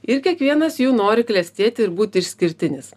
ir kiekvienas jų nori klestėti ir būt išskirtinis